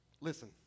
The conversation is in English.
Listen